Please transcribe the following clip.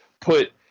put